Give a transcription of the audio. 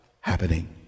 happening